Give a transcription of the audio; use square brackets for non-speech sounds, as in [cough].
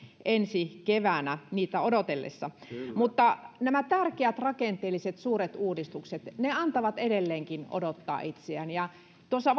ensi keväänä niitä odotellessa mutta nämä tärkeät suuret rakenteelliset uudistukset antavat edelleenkin odottaa itseään tuossa [unintelligible]